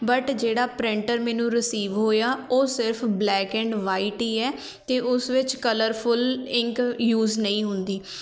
but ਜਿਹੜਾ printer ਮੈਨੂੰ receive ਹੋਇਆ ਉਹ ਸਿਰਫ ਬਲੈਕ ਐਂਡ ਵਾਈਟ ਹੀ ਹੈ ਅਤੇ ਉਸ ਵਿੱਚ ਕਲਰਫੁਲ ਇੰਕ ਯੂਸ ਨਹੀਂ ਹੁੰਦੀ